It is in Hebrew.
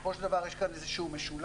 שבסופו של דבר יש כאן איזשהו משולש.